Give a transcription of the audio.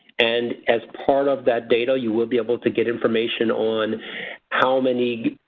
and as part of that data you will be able to get information on how many,